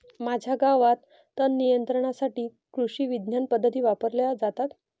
माझ्या गावात तणनियंत्रणासाठी कृषिविज्ञान पद्धती वापरल्या जातात